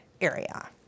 area